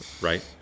right